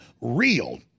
real